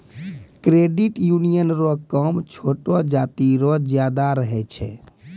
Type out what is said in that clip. credit union रो काम छोटो जाति रो ज्यादा रहै छै